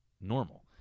normal